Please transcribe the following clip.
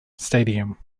stadium